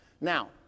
Now